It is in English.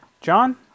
John